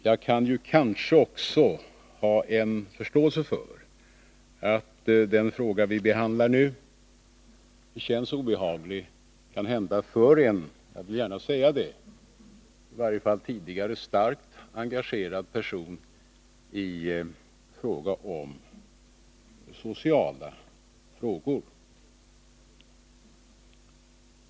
Jag kan ju kanske också ha förståelse för att den fråga vi nu behandlar känns obehaglig för en — jag vill gärna säga det — i varje fall tidigare starkt engagerad person när det gäller sociala frågor.